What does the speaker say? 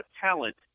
talent